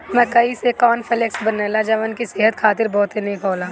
मकई से corn flakes बनेला जवन की सेहत खातिर बहुते निक होला